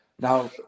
Now